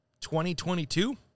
2022